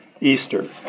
Easter